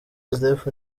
joseph